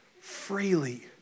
freely